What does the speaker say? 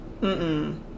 Mm-mm